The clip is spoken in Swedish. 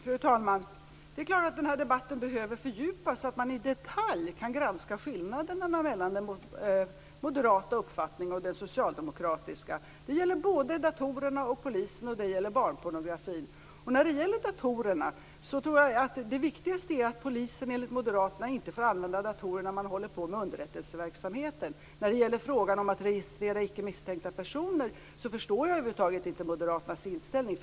Fru talman! Det är klart att den här debatten behöver fördjupas så att man i detalj kan granska skillnaderna mellan den moderata uppfattningen och den socialdemokratiska. Det gäller både datorerna och polisen och barnpornografin. När det gäller datorerna tror jag att det viktigaste är att polisen enligt Moderaterna inte får använda datorer när man håller på med underrättelseverksamheten. När det gäller frågan om att registrera icke misstänkta personer förstår jag över huvud taget inte Moderaternas inställning.